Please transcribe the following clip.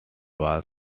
was